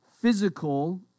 physical